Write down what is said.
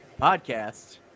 Podcast